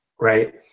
right